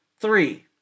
Three